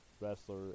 wrestler